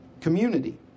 community